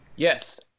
Yes